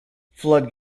flood